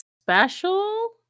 special